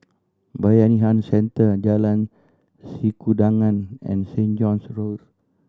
Bayanihan Centre Jalan Sikudangan and Saint John's Road